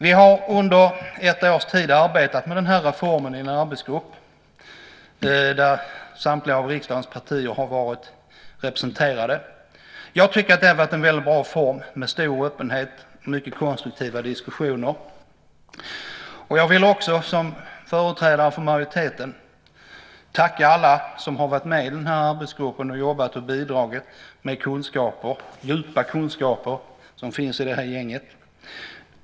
Vi har under ett års tid arbetat med den här reformen i en arbetsgrupp där samtliga av riksdagens partier har varit representerade. Jag tycker att det har varit en väldigt bra form med stor öppenhet och mycket konstruktiva diskussioner. Som företrädare för majoriteten vill jag också tacka alla som har varit med i arbetsgruppen och bidragit med de djupa kunskaper som finns i det här gänget.